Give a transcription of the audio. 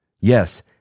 Yes